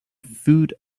food